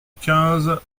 quinze